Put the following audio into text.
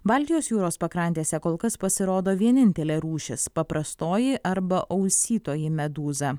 baltijos jūros pakrantėse kol kas pasirodo vienintelė rūšis paprastoji arba ausytoji medūza